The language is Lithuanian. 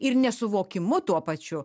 ir nesuvokimu tuo pačiu